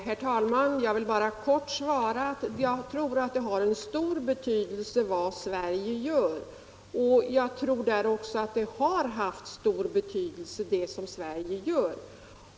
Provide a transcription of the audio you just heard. Herr talman! Jag vill bara kort svara att jag tror att det har — och har haft — stor betydelse vad Sverige gör.